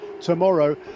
tomorrow